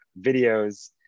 videos